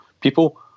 people